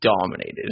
dominated